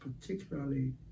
particularly